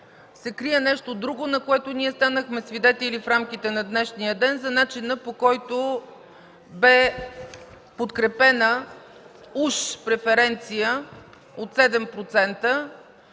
се крие нещо друго, на което ние станахме свидетели в рамките на днешния ден – за начина, по който бе подкрепена уж преференция от 7%